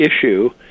issue